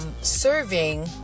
serving